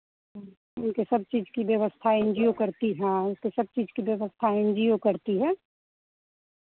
उनके सब चीज़ की व्यवस्था एन जी ओ करती हाँ उसके सब चीज़ की व्यवस्था एन जी ओ करती है